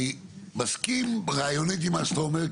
אני מסכים רעיונית עם מה שאתה אומר,